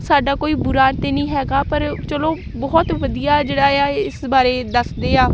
ਸਾਡਾ ਕੋਈ ਬੁਰਾ ਤਾਂ ਨਹੀਂ ਹੈਗਾ ਪਰ ਚਲੋ ਬਹੁਤ ਵਧੀਆ ਜਿਹੜਾ ਆ ਇਸ ਬਾਰੇ ਦੱਸਦੇ ਆ